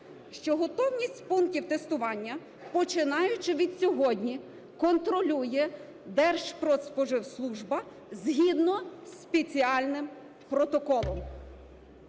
що готовність пунктів тестування, починаючи від сьогодні, контролює Держпродспроживслужба згідно зі спеціальним протоколом.